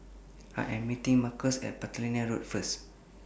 I Am meeting Marques At Platina Road First